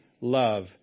love